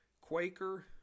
Quaker